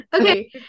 okay